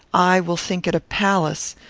i will think it a palace,